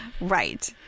right